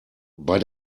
bei